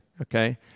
okay